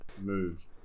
move